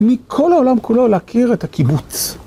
מכל העולם כולו להכיר את הקיבוץ.